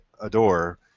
adore